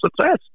success